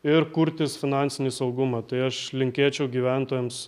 ir kurtis finansinį saugumą tai aš linkėčiau gyventojams